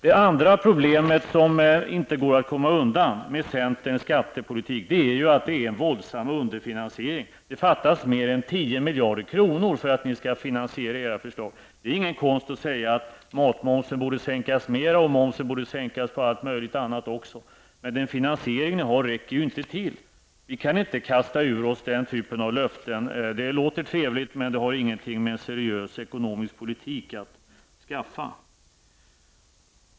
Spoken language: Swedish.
Ett annat problem som inte går att komma undan när det gäller centerns skattepolitik är den våldsamma underfinansieringen. Det fattas mer än 10 miljarder kronor för att ni skall kunna finansiera era förslag. Det är ingen konst att säga att matmomsen borde sänkas mera och att momsen borde sänkas på allt möjligt annat, men den finansiering ni har räcker inte till. Vi kan inte kasta ur oss den typen av löften. Det låter trevligt, men det har ingenting med seriös ekonomisk politik att skaffa.